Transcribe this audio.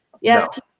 Yes